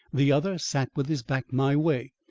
the other sat with his back my way,